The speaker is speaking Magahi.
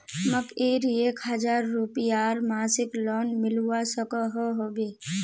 मकईर एक हजार रूपयार मासिक लोन मिलवा सकोहो होबे?